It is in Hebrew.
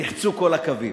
נחצו כל הקווים.